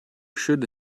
should